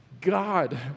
God